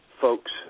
folks